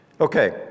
Okay